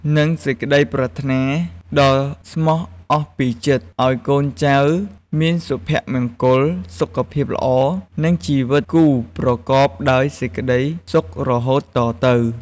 និងសេចក្តីប្រាថ្នាដ៏ស្មោះអស់ពីចិត្តឲ្យកូនចៅមានសុភមង្គល សុខភាពល្អ និងជីវិតគូប្រកបដោយសេចក្តីសុខរហូតតទៅ។